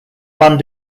planned